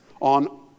On